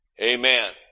Amen